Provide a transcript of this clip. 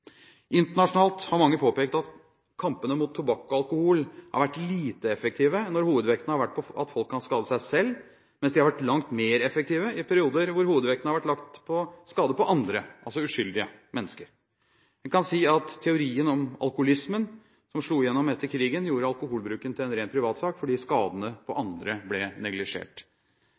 Internasjonalt har mange påpekt at kampene mot tobakk og alkohol har vært lite effektive når hovedvekten har vært på at folk kan skade seg selv, mens de har vært langt mer effektive i perioder hvor hovedvekten har vært lagt på skader på andre, uskyldige mennesker. Vi kan si at teorien om alkoholismen som slo gjennom etter krigen, gjorde alkoholbruken til en ren privatsak, fordi skadene på andre ble neglisjert.